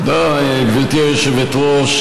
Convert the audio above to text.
תודה, גברתי היושבת-ראש.